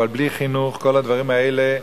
אבל בלי חינוך כל הדברים האלה,